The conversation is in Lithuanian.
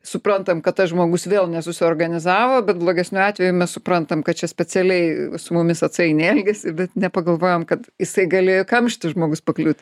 suprantam kad tas žmogus vėl nesusiorganizavo bet blogesniu atveju mes suprantam kad čia specialiai su mumis atsainiai elgiasi bet nepagalvojam kad jisai galėjo į kamštį žmogus pakliūt